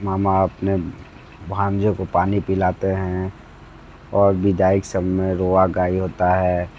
मामा अपने भांजे को पानी पिलाते हैं और विदाई के समय रोवा गाई होता है